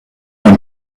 und